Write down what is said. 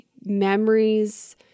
memories